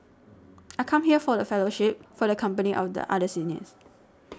I come here for the fellowship for the company of other seniors